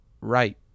right